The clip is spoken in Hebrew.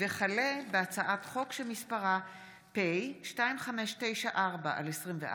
הצעת חוק להקמת אוניברסיטה ערבית ביישוב ערבי,